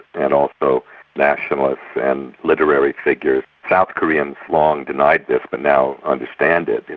and also nationalists and literary figures. south koreans long denied this, but now understand it,